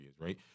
right